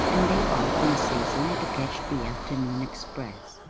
and they off in season to catch the afternoon express.